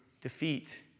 defeat